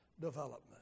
development